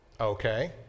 okay